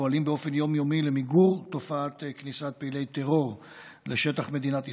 פועלים באופן יום-יומי למיגור תופעת כניסת פעילי טרור לשטח מדינת ישראל,